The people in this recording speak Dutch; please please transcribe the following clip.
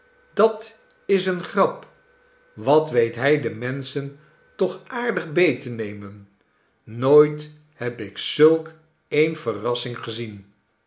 dat is eene grap wat weet hij de menschen toch aardig beet te nemen nooit heb ik zulk eene verrassing gezien